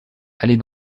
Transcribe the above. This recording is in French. allez